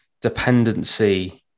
dependency